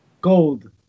gold